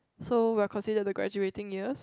so we're considered the graduating years